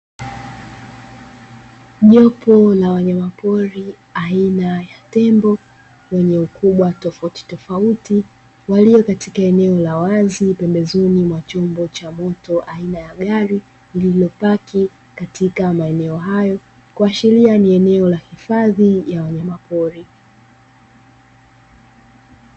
Jopo la wanyamapori aina ya tembo wenye ukubwa tofautitofauti walio katika eneo la wazi pembezoni mwa chombo cha moto aina ya gari, lililopaki katika maeneo hayo kuashiria ni eneo la hifadhi ya wanyamapori.